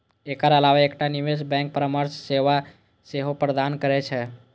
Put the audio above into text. एकर अलावा एकटा निवेश बैंक परामर्श सेवा सेहो प्रदान करै छै